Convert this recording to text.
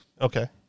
Okay